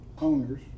owners